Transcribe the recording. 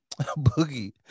Boogie